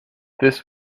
this